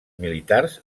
militars